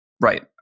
Right